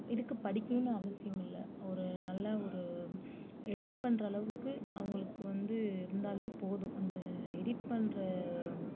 இதுக்கு படிக்கணும்னு அவசியம் இல்லை ஒரு நல்ல ஒரு எடிட் பண்ணுற அளவுக்கு அவங்களுக்கு வந்து இருந்தாலே போதும் இந்த எடிட் பண்ணுற